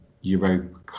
Europe